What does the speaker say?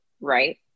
right